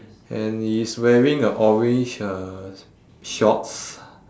and he is wearing a orange uh shorts